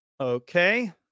Okay